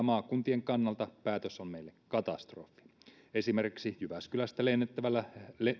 maakuntien kannalta päätös on meille katastrofi esimerkiksi jyväskylästä lennettävällä